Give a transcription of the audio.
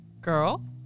girl